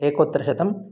एकोत्तरशतं